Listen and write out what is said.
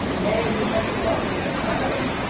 nay, he had forgotten her crime.